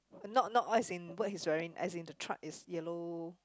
not not what he's in what he wearing as in truck is yellow